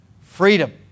Freedom